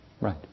Right